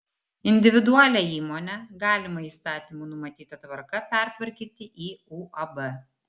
individualią įmonę galima įstatymų numatyta tvarka pertvarkyti į uab